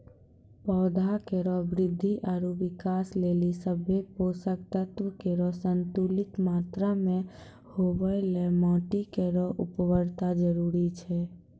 पौधा केरो वृद्धि आरु विकास लेलि सभ्भे पोसक तत्व केरो संतुलित मात्रा म होवय ल माटी केरो उर्वरता जरूरी छै